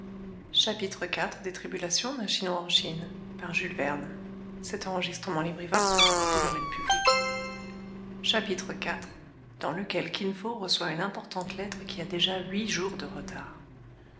iv dans lequel kin fo reçoit une importante lettre qui a déjà huit jours de retard